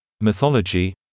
mythology